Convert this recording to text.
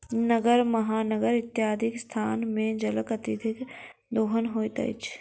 नगर, महानगर इत्यादिक स्थान मे जलक अत्यधिक दोहन होइत अछि